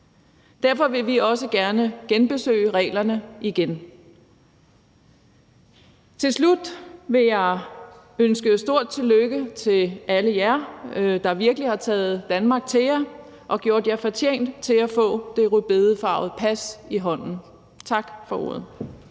Derfor vil vi også gerne genbesøge reglerne. Til slut vil jeg ønske et stort tillykke til alle jer, der virkelig har taget Danmark til jer og gjort jer fortjent til at få det rødbedefarvede pas i hånden. Tak for ordet.